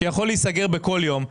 שיכול להיסגר בכל יום.